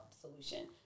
solution